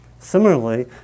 Similarly